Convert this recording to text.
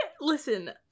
listen